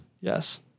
Yes